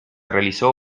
realizó